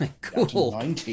Cool